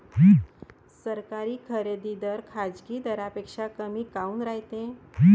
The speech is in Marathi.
सरकारी खरेदी दर खाजगी दरापेक्षा कमी काऊन रायते?